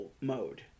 mode